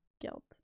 guilt